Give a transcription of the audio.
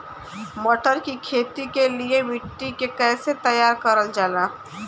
मटर की खेती के लिए मिट्टी के कैसे तैयार करल जाला?